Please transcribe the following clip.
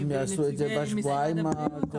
הם יעשו את זה בשבועיים הקרובים?